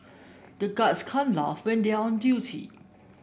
the guards can't laugh when they are on duty